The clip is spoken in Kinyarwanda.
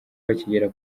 bakigera